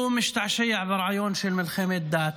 הוא משתעשע ברעיון של מלחמת דת,